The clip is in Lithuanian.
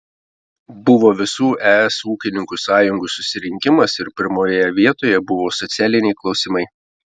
buvo visų es ūkininkų sąjungų susirinkimas ir pirmoje vietoje buvo socialiniai klausimai